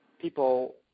people